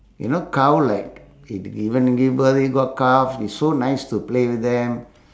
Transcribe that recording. you know cow like it given give birth you got calf it's so nice to play with them